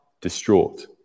distraught